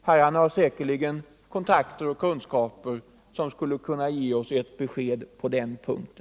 Herrarna har säkerligen kontakter och kunskaper som skulle kunna ge oss ett besked på den punkten.